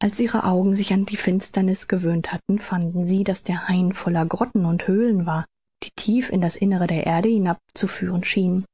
als ihre augen sich an die finsterniß gewöhnt hatten fanden sie daß der hain voller grotten und höhlen war die tief in das innere der erde hinab zu führen schienen